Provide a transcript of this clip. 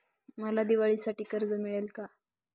मला दिवाळीसाठी कर्ज मिळेल का?